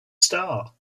star